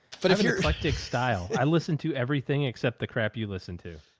but if you're like dick style, i listened to everything except the crap you listened to.